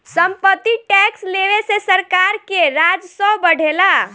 सम्पत्ति टैक्स लेवे से सरकार के राजस्व बढ़ेला